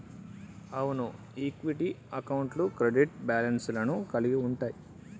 అవును ఈక్విటీ అకౌంట్లు credit balance లను కలిగి ఉంటయ్యి